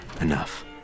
enough